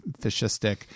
fascistic